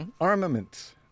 armaments